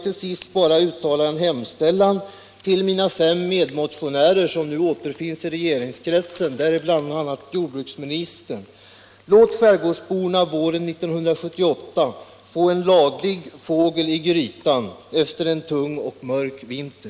Till sist vill jag bara vädja till mina fem medmotionärer, som nu återfinns i regeringskretsen, bl.a. jordbruksministern: Låt skärgårdsborna våren 1978 få en laglig fågel i grytan efter en tung och mörk vinter!